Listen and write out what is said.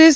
S